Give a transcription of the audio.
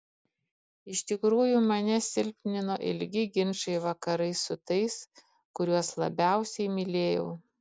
iš tikrųjų mane silpnino ilgi ginčai vakarais su tais kuriuos labiausiai mylėjau